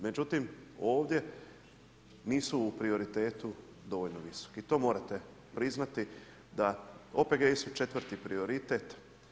Međutim ovdje nisu u prioritetu dovoljno visoki i to morate priznati da OPG-i su četvrti prioritet.